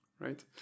Right